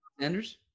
Sanders